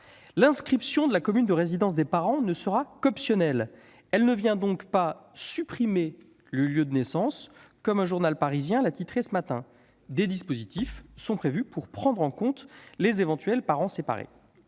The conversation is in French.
civil de la commune de résidence des parents ne sera qu'optionnelle : elle ne vient donc pas « supprimer le lieu de naissance », comme un journal parisien a pu le titrer ce matin. Des dispositions sont prévues pour prendre en compte le cas de parents séparés.